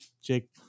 Jake